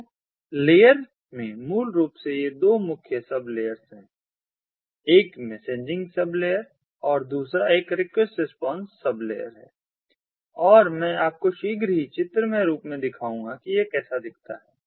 तो लेयर में मूल रूप से दो मुख्य सब लेयर्स हैं एक मैसेजिंग सब लेयर है और दूसरा एक रिक्वेस्ट रिस्पांस सब लेयर है और मैं आपको शीघ्र ही चित्रमय रूप से दिखाऊंगा कि यह कैसा दिखता है